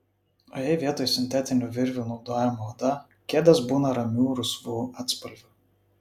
o jei vietoj sintetinių virvių naudojama oda kėdės būna ramių rusvų atspalvių